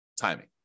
timing